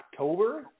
October